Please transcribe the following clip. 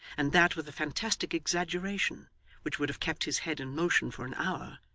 and that with a fantastic exaggeration which would have kept his head in motion for an hour,